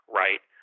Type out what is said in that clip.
right